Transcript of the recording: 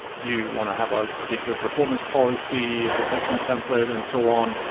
you want to have ah particular performance policy, protection template and so on.